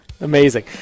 Amazing